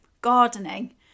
gardening